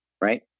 right